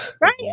Right